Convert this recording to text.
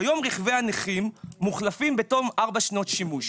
כיום רכבי הנכים מוחלפים בתום ארבע שנות שימוש".